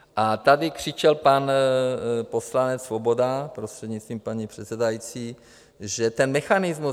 A tady křičel pan poslanec Svoboda, prostřednictvím paní předsedající, že ten mechanismus...